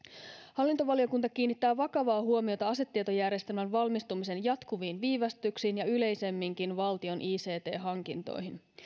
hallintovaliokunta kiinnittää vakavaa huomiota asetietojärjestelmän valmistumisen jatkuviin viivästyksiin ja yleisemminkin valtion ict hankintoihin